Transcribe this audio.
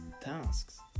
tasks